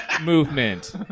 movement